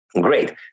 Great